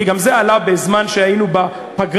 כי גם זה עלה בזמן שהיינו בפגרה,